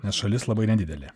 nes šalis labai nedidelė